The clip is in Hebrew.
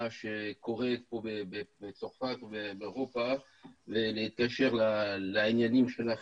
שקורה פה בצרפת ובאירופה בקשר לעניינים של הוועדה.